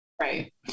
Right